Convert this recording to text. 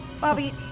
Bobby